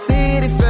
City